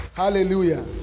hallelujah